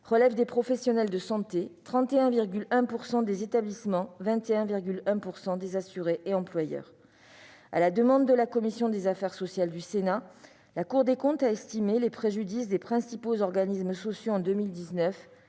relèvent des professionnels de santé, 31,1 % des établissements, 21,1 % des assurés et employeurs. À la demande de la commission des affaires sociales du Sénat, la Cour des comptes a estimé les préjudices des principaux organismes sociaux en 2019